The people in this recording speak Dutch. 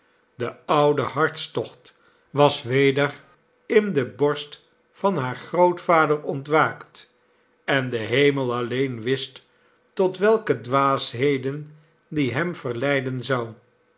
de oude hartstocht was weder in de borst van haar grootvader ontwaakt en de hemel alleen wist tot welke dwaasheden die hem verleiden zou